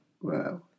Wow